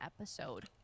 episode